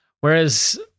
Whereas